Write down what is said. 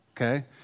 Okay